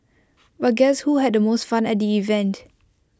but guess who had the most fun at the event